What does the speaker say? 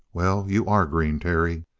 well you are green, terry!